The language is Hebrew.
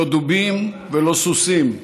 לא דובים ולא סוסים,